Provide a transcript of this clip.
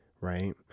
Right